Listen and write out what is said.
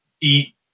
Eat